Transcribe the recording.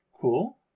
cool